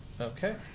Okay